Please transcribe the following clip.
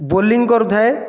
bowling କରୁଥାଏ